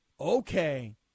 okay